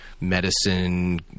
medicine